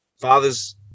father's